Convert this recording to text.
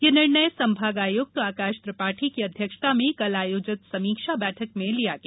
ये निर्णय संभाग आयुक्त आकाष त्रिपाठी की अध्यक्षता में कल आयोजित समीक्षा बैठक में लिया गया